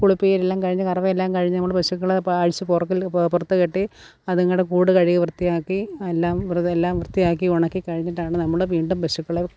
കുളിപ്പീരെല്ലാം കഴിഞ്ഞ് കറവയെല്ലാം കഴിഞ്ഞ് നമ്മൾ പശുക്കളെ അഴിച്ചു പുറകിൽ പുറത്ത് കെട്ടി അതിങ്ങളുടെ കൂട് കഴുകി വൃത്തിയാക്കി എല്ലാം എല്ലാം വൃത്തിയാക്കി ഉണക്കി കഴിഞ്ഞിട്ടാണ് നമ്മൾ വീണ്ടും പശുക്കളെ